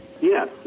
Yes